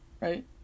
right